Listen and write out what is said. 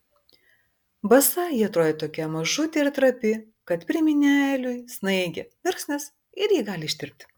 basa ji atrodė tokia mažutė ir trapi kad priminė eliui snaigę mirksnis ir ji gali ištirpti